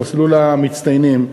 במסלול המצטיינים,